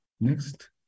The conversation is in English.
Next